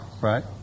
right